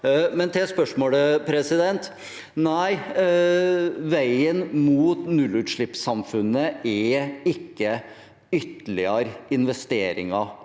Til spørsmålet: Nei, veien mot nullutslippssamfunnet er ikke ytterligere investeringer